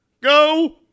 Go